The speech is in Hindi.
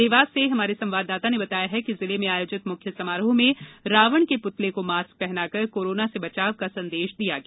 देवास से हमारे संवाददाता ने बताया है कि जिले में आयोजित मुख्य समारोह में रावण के पुतले को मास्क पहनाकर कोरोना से बचाव का संदेश दिया गया